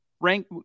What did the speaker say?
rank